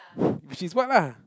which is what lah